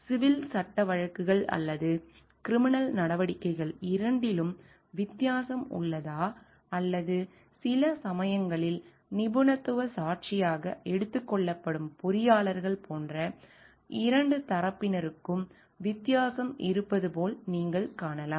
எனவே சிவில் சட்ட வழக்குகள் அல்லது கிரிமினல் நடவடிக்கைகள் இரண்டிலும் வித்தியாசம் உள்ளதா அல்லது சில சமயங்களில் நிபுணத்துவ சாட்சியாக எடுத்துக்கொள்ளப்படும் பொறியாளர்கள் போன்ற 2 தரப்பினருக்கும் வித்தியாசம் இருப்பது போல் நீங்கள் காணலாம்